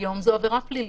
זאת עברה פלילית,